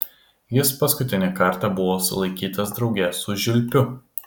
jis paskutinį kartą buvo sulaikytas drauge su žiulpiu